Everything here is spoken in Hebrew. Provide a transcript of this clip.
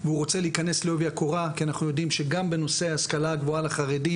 שהוא לב ליבה של השכלה גבוהה ליברלית,